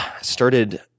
started